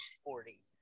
sporty